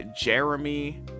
Jeremy